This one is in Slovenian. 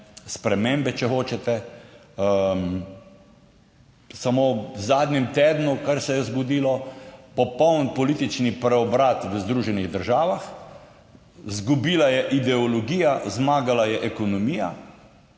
spremembe, če hočete. Samo v zadnjem tednu, kar se je zgodilo, popoln politični preobrat v Združenih državah, izgubila je ideologija, zmagala je ekonomija.